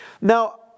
Now